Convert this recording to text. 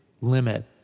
limit